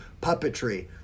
puppetry